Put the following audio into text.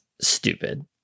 stupid